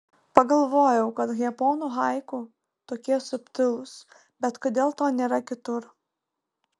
pagalvojau kad japonų haiku tokie subtilūs bet kodėl to nėra kitur